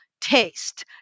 taste